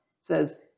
says